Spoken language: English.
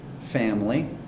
family